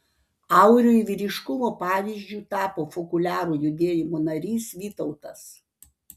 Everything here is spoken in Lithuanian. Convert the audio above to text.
auriui vyriškumo pavyzdžiu tapo fokoliarų judėjimo narys vytautas